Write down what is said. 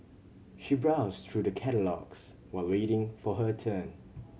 she browsed through the catalogues while waiting for her turn